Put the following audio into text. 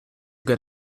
good